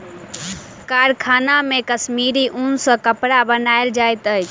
कारखाना मे कश्मीरी ऊन सॅ कपड़ा बनायल जाइत अछि